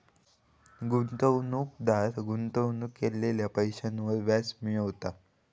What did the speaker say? गुंतवणूकदार गुंतवणूक केलेल्या पैशांवर व्याज मिळवता